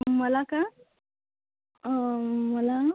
मला का मला